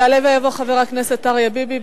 יעלה ויבוא חבר הכנסת אריה ביבי.